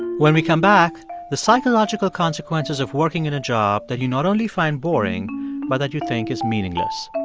when we come back the psychological consequences of working in a job that you not only find boring but that you think is meaningless